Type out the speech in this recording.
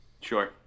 Sure